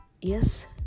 Yes